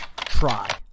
try